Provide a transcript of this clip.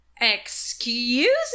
Excuse